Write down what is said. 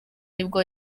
nibwo